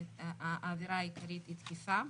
העבירה העיקרית היא תקיפה.